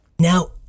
Now